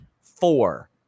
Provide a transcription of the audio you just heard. Four